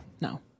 No